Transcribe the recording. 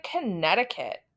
Connecticut